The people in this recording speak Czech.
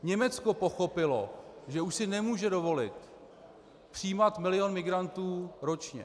Německo pochopilo, že už si nemůže dovolit přijímat milion migrantů ročně.